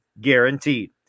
guaranteed